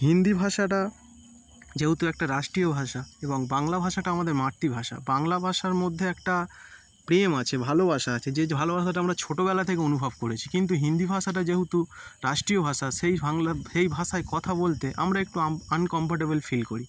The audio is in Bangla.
হিন্দি ভাষাটা যেহেতু একটা রাষ্ট্রীয় ভাষা এবং বাংলা ভাষাটা আমাদের মাতৃভাষা বাংলা ভাষার মধ্যে একটা প্রেম আছে ভালোবাসা আছে যে ভালোবাসাটা আমরা ছোটবেলা থেকে অনুভব করেছি কিন্তু হিন্দি ভাষাটা যেহেতু রাষ্ট্রীয় ভাষা সেই সেই ভাষায় কথা বলতে আমরা একটু আনকম্ফোর্টেবেল ফিল করি